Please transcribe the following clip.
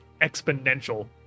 exponential